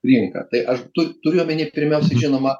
rinką tai aš tu turiu omeny pirmiausia žinoma